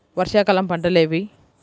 వర్షాకాలం పంటలు ఏవి?